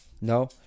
no